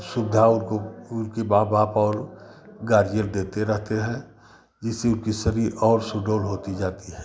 सुविधा उनको उनके माँ बाप और गार्ज़ियन देते रहते हैं जिससे उनका शरीर और सुडौल होता जाता है